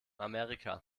amerika